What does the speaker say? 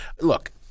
Look